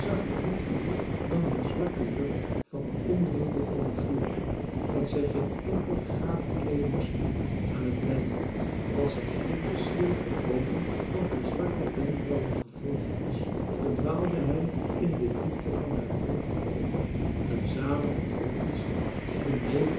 t niet meer dat haar zwarte jurk van onderen begon te glimmen dat zij geen enkel gaaf kleedingstuk aan het lijf had als zijn blik de sierlijke bogen van haar zwarte wenkbrauwen gevolgd was verdwaalde hij in de diepte van haar donker oog een zalige